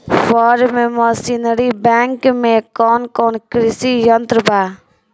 Form machinery bank में कौन कौन कृषि यंत्र बा?